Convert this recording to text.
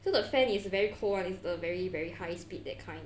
so the fan is very cold [one] it's the very very high speed that kind